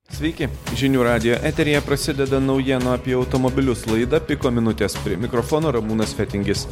sveiki žinių radijo eteryje prasideda naujienų apie automobilius laida piko minutės prie mikrofono ramūnas fetingis